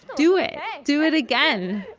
do it. do it again.